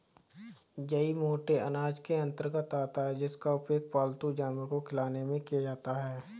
जई मोटे अनाज के अंतर्गत आता है जिसका उपयोग पालतू जानवर को खिलाने में किया जाता है